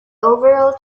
overall